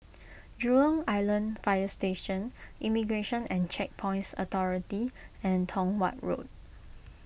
Jurong Island Fire Station Immigration and Checkpoints Authority and Tong Watt Road